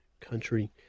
country